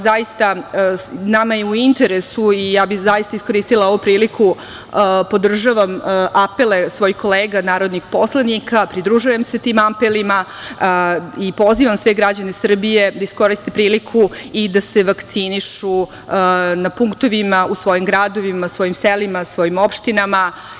Zaista, nama je u interesu i ja bih iskoristila ovu priliku, podržavam apele svojih kolega narodnih poslanika, pridružujem se tim apelima i pozivam sve građane Srbije da iskoriste priliku i da se vakcinišu na punktovima, u svojim gradovima, svojim selima, svojim opštinama.